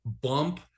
bump